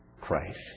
Christ